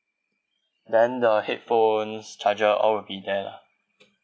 then the headphones charger all will be there lah